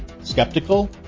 skeptical